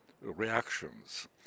reactions